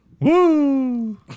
Woo